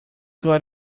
got